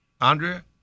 Andrea